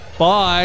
Bye